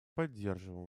поддерживаем